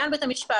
בבתי המשפט